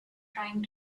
trying